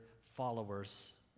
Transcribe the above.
followers